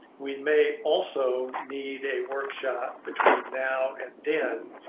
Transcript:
we may also need a workshop between now and then